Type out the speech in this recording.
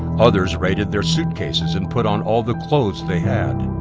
others raided their suitcases, and put on all the clothes they had.